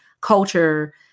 culture